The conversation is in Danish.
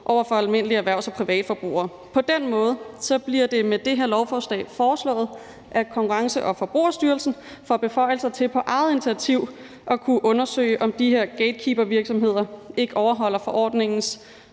over for almindelige erhvervsbrugere og privatforbrugere. På den måde bliver det med det her lovforslag foreslået, at Konkurrence- og Forbrugerstyrelsen får beføjelser til på eget initiativ at kunne undersøge, om de her gatekeepervirksomheder overholder forordningens